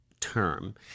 term